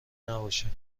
نباشه